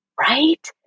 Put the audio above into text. Right